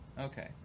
Okay